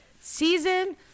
Season